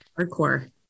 Hardcore